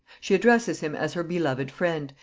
she addresses him as her beloved friend,